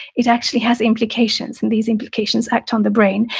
it actually has implications and these implications act on the brain.